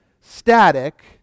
static